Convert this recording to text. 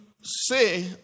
say